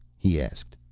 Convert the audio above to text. he asked.